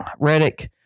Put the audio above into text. Redick